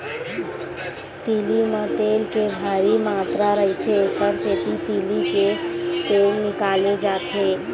तिली म तेल के भारी मातरा रहिथे, एकर सेती तिली ले तेल निकाले जाथे